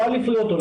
לא אליפויות עולם.